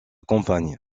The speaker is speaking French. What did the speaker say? campagne